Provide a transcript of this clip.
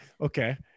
okay